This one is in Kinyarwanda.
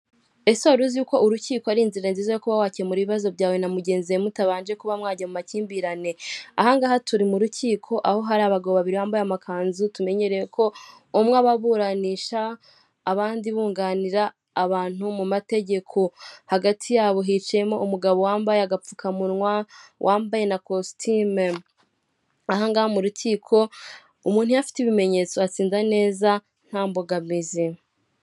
Ese wari uzi ko urukiko ari inzira nziza yo kuba wakemura ibibazo byawe na mugenzi wawe mutabanje kuba mwajya mu makimbirane? Aha ngaha turi mu rukiko, aho hari abagabo babiri bambaye amakanzu tumenyereye ko umwe aba aburanisha, abandi bunganira abantu mu mategeko. Hagati yabo hicayemo umugabo wambaye agapfukamunwa wambaye na kositime. Aha ngaha mu rukiko, umuntu iyo afite ibimenyetso atsinda neza nta mbogamizi.